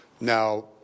Now